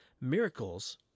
Miracles